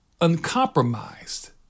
uncompromised